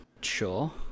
Sure